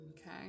okay